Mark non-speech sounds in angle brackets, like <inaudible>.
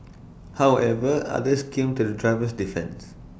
<noise> however others came to the driver's defence